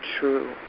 true